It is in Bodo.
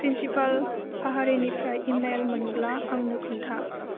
प्रिन्सिपाल पाहारेनिफ्राय इमेइल मोनब्ला आंनो खोन्था